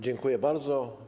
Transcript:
Dziękuję bardzo.